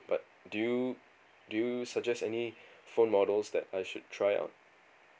but do you do you suggest any phone models that I should try out